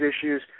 issues